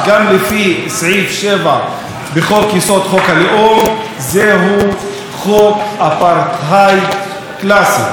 גם לפי סעיף 7 בחוק-יסוד: חוק הלאום זהו חוק אפרטהייד קלאסי.